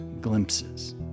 glimpses